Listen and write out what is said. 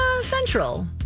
central